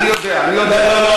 אני יודע, אני יודע.